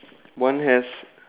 one has